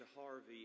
Harvey